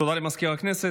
תודה למזכיר הכנסת.